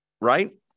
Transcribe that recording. right